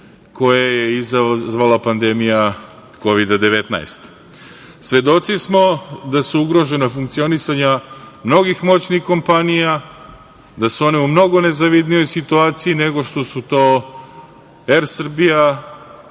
koje je izazvala pandemija Kovida 19.Svedoci smo da su ugrožena funkcionisanja mnogih moćnih kompanija, da su one u mnogo nezavidnijoj situaciji nego što su to „Er Srbija“